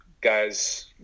guys